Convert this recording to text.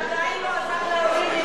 זה עדיין לא עזר לעולים מרוסיה.